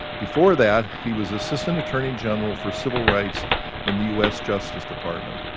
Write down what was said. before that, he was assistant attorney general for civil rights in the us justice department.